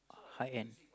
high end